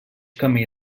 camí